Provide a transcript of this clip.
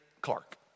Clark